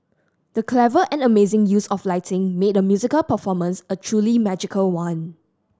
the clever and amazing use of lighting made the musical performance a truly magical one